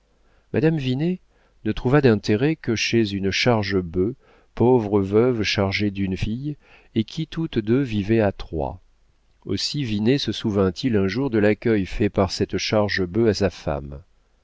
madame vinet ne trouva d'intérêt que chez une chargebœuf pauvre veuve chargée d'une fille et qui toutes deux vivaient à troyes aussi vinet se souvint il un jour de l'accueil fait par cette chargebœuf à sa femme